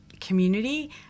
community